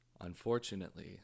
Unfortunately